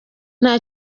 nta